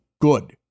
good